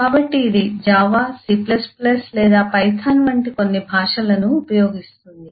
కాబట్టి ఇది Java C లేదా పైథాన్ వంటి కొన్ని భాషలను ఉపయోగిస్తుంది